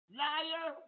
liar